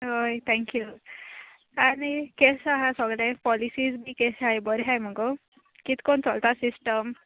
ओय थँक्यू आनी केश आहा सगळे पॉलिसीज बी केशे आहाय बोरें आहाय मुगो कितकोन चलता सिस्टम